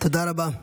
תודה רבה.